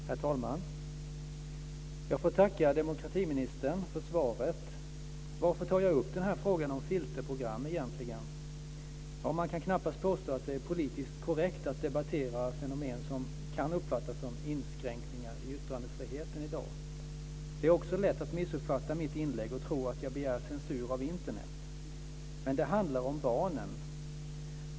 Herr talman! Jag får tacka demokratiministern för svaret. Varför tar jag upp den här frågan om filterprogram egentligen? Man kan knappast påstå att det är politiskt korrekt att debattera fenomen som kan uppfattas som inskränkningar i yttrandefriheten i dag. Det är också lätt att missuppfatta mitt inlägg och tro att jag begär censur av Internet. Men det handlar om barnen!